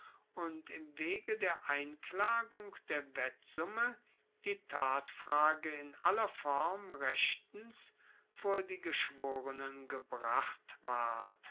und im wege der einklagung der wettsumme die tatfrage in aller form rechtens vor die geschworenen gebracht ward